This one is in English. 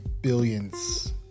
billions